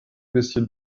bisschen